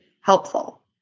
helpful